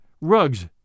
rugs